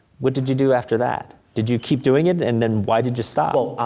what did you do after that? did you keep doing it, and then, why did you stop? well,